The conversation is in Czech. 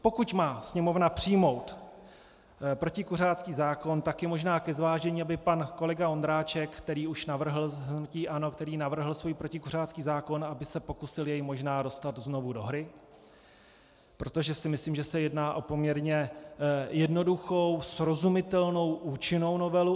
Pokud má Sněmovna přijmout protikuřácký zákon, tak je možná ke zvážení, aby pan kolega Ondráček z hnutí ANO, který už navrhl svůj protikuřácký zákon, aby se jej pokusil možná dostat znovu do hry, protože si myslím, že se jedná o poměrně jednoduchou, srozumitelnou a účinnou novelu.